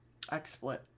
XSplit